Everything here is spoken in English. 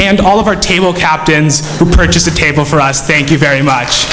and all of our table captains who purchased a table for us thank you very much